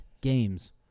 games